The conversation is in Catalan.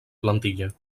plantilla